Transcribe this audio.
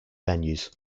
venues